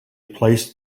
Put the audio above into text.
placed